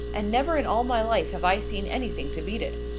and never in all my life have i seen anything to beat it.